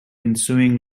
ensuing